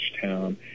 town